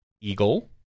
Eagle